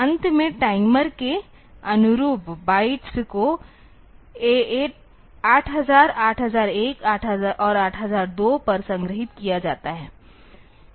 अंत में टाइम के अनुरूप बाइट्स को 8000 8001 और 8002 पर संग्रहीत किया जाता है